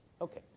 Okay